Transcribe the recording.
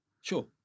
Sure